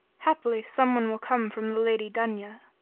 haply some one will come from the lady dunya.